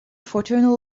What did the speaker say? fraternal